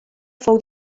fou